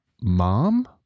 mom